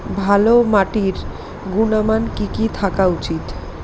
ভালো মাটির গুণমান কি কি থাকা উচিৎ?